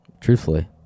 Truthfully